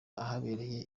ahabereye